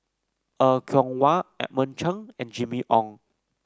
Er Kwong Wah Edmund Cheng and Jimmy Ong